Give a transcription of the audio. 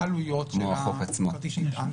ומה העלויות של הכרטיס שנטען?